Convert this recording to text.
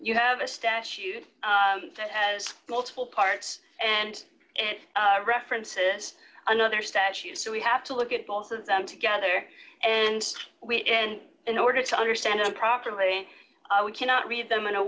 you have a statute that has multiple parts and it references another statute so we have to look at both of them together and we end in order to understand it properly we cannot read them in a